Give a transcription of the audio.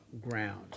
ground